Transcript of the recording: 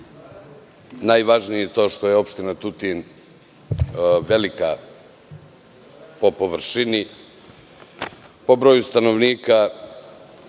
najvažnije to što je opština Tutin velika po površini, po broju stanovnika.